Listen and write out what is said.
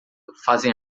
fazem